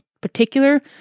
particular